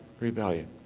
Rebellion